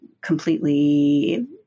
completely